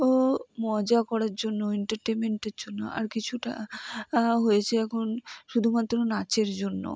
ও মজা করার জন্য এন্টারটেনমেন্টের জন্য আর কিছুটা হয়েছে এখন শুধুমাত্র নাচের জন্য